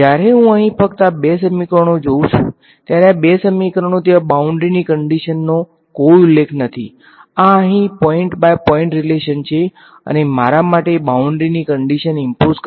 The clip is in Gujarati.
જ્યારે હું અહીં ફક્ત આ બે સમીકરણો જોઉં છું ત્યારે આ બે સમીકરણો ત્યાં બાઉન્ડ્રીની કંડીશન નો કોઈ ઉલ્લેખ નથી આ અહીં પોઈન્ટ બાય પોઈન્ટ રિલેશન છે અને મારા માટે બાઉન્ડ્રીની કંડીશન ઈમ્પોઝ કરવાનો રસ્તો નથી